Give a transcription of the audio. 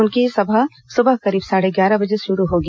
उनकी सभा सुबह करीब साढ़े ग्यारह बजे से शुरू होगी